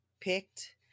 picked